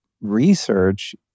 research